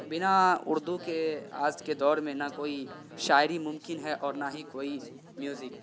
بنا اردو کے آج کے دور میں نہ کوئی شاعری ممکن ہے اور نہ ہی کوئی میوزک